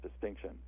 distinction